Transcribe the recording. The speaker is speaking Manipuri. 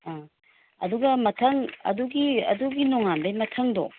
ꯑꯥ ꯑꯗꯨꯒ ꯃꯊꯪ ꯑꯗꯨꯒꯤ ꯑꯗꯨꯒꯤ ꯅꯣꯡꯉꯥꯟꯕꯒꯤ ꯃꯊꯪꯗꯣ